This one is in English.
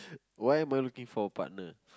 why am I looking for a partner